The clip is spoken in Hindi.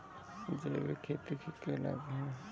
जैविक खेती के क्या लाभ हैं?